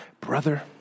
Brother